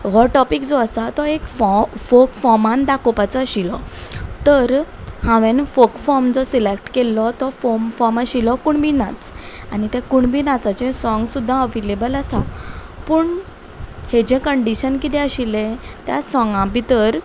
हो टॉपीक जो आसा तो एक फॉ फोक फॉमान दाखोवपाचो आशिल्लो तर हांवें फोक फॉर्म जो सिलेक्ट केल्लो तो फोक फॉम आशिल्लो कुणबी नाच आनी ते कुणबी नाचें सोंग सुद्दां अवेलेबल आसा पूण हाजे कंडीशन किदें आशिल्ले त्या सोंगा भितर